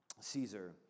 Caesar